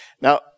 Now